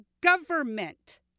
government